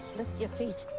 lift your feet.